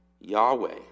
Yahweh